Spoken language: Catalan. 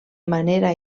manera